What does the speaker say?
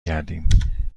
گردیم